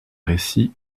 récits